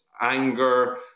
anger